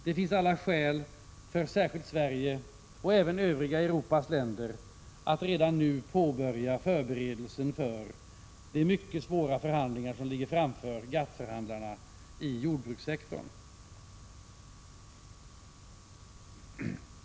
Det finns alla skäl för särskilt Sverige, och även övriga Europas länder, att redan nu påbörja förberedelsen för de mycket svåra förhandlingar som ligger framför GATT-förhandlarna i jordbrukssektorn.